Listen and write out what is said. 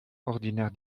ordinaire